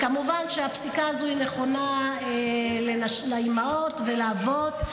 כמובן שהפסיקה הזו היא נכונה לאימהות ולאבות.